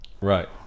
Right